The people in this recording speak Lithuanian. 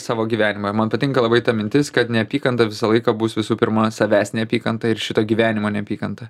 savo gyvenimą man patinka labai ta mintis kad neapykanta visą laiką bus visų pirma savęs neapykanta ir šito gyvenimo neapykanta